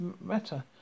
matter